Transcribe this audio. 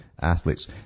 athletes